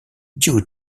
due